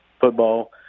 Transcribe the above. football